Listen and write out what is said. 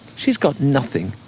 she's got nothing.